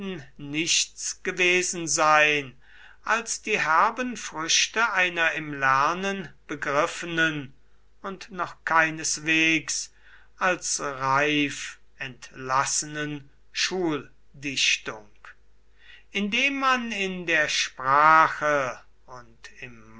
nichts gewesen sein als die herben früchte einer im lernen begriffenen und noch keineswegs als reif entlassenen schuldichtung indem man in der sprache und im